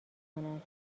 کنن